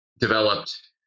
Developed